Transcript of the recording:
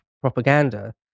propaganda